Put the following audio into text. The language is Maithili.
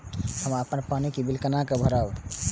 हम अपन पानी के बिल केना भरब?